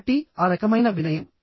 కాబట్టి ఆ రకమైన వినయం